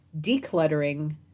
decluttering